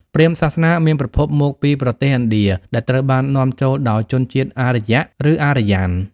ព្រាហ្មណ៍សាសនា មានប្រភពមកពីប្រទេសឥណ្ឌា ដែលត្រូវបាននាំចូលដោយជនជាតិ អារ្យ (Arya) ឬ អារ្យ័ន (Aryan)។